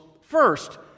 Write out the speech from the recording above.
first